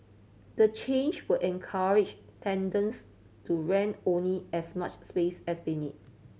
the change will encourage tenants to rent only as much space as they need